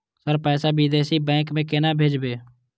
Sir पैसा विदेशी bank में केना भेजबे?